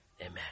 Amen